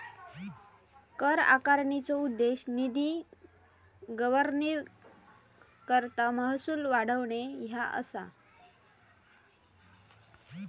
कर आकारणीचो उद्देश निधी गव्हर्निंगकरता महसूल वाढवणे ह्या असा